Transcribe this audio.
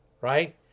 right